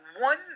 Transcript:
one